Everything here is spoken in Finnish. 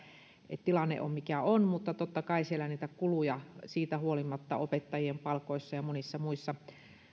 että tilanne on mikä on mutta totta kai siellä niitä kuluja siitä huolimatta opettajien palkoissa ja monissa muissa